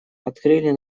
открыли